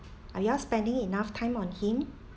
are you all spending enough time on him